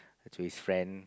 to his friend